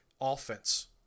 offense